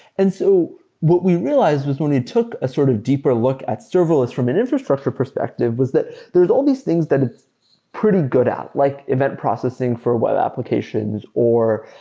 and so what we realized was when we took a sort of deeper look at serverless from an infrastructure perspective was that there's all these things that it's pretty good like event processing for web applications or